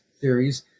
theories